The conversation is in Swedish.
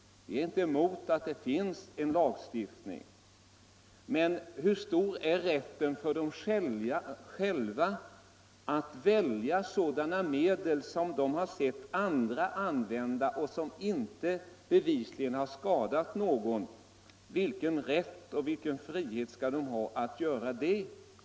Vi är inte emot att det finns en lagstiftning. Men hur stor är rätten för dessa människor att själva välja sådana medel som de sett andra använda och som inte bevisligen skadat någon? Vilken rätt och vilken frihet skall de ha att göra det?